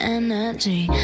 energy